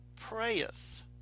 prayeth